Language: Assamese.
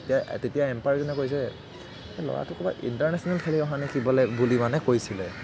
তেতিয়া তেতিয়া এম্পায়াৰজনে কৈছে ল'ৰাটো ক'ৰবাত ইণ্টাৰনেচনেল খেলি অহা নেকি বোলে বুলি মানে কৈছিলে